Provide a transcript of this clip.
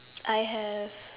I have